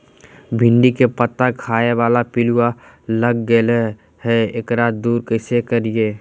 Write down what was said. भिंडी के पत्ता खाए बाला पिलुवा लग गेलै हैं, एकरा दूर कैसे करियय?